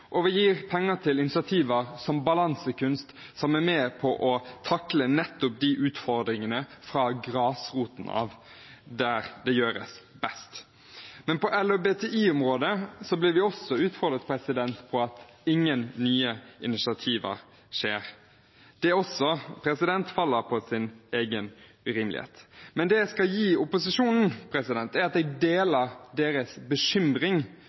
plass. Vi gir også penger til initiativer som Balansekunst, som er med på å takle nettopp disse utfordringene fra grasrota, der det gjøres best. På LHBTI-området blir vi også utfordret på at ingen nye initiativ skjer. Også det faller på sin egen urimelighet. Det jeg skal gi opposisjonen, er at jeg deler deres bekymring